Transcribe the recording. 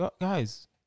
guys